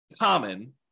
common